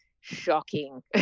shocking